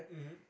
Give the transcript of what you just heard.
mmhmm